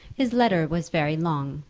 his letter was very long,